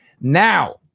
Now